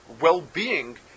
well-being